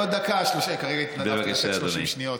לא דקה, כרגע נידבתי 30 שניות.